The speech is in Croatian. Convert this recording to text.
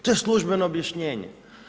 To je službeno objašnjenje.